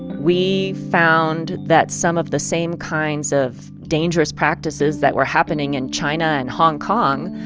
we found that some of the same kinds of dangerous practices that were happening in china and hong kong,